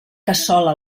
cassola